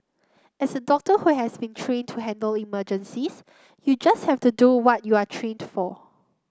as a doctor who has been trained to handle emergencies you just have to do what you are trained for